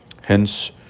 Hence